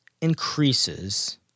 increases